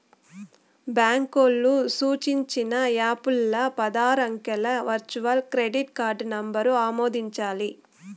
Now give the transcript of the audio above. బాంకోల్లు సూచించిన యాపుల్ల పదారు అంకెల వర్చువల్ క్రెడిట్ కార్డు నంబరు ఆమోదించాలి